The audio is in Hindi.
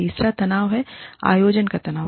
तीसरा तनाव है आयोजन का तनाव